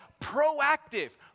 proactive